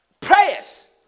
prayers